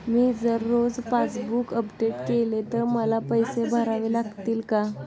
मी जर रोज passbook update केले तर मला पैसे भरावे लागतील का?